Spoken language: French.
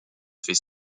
fait